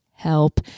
Help